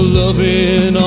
loving